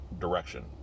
direction